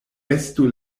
estu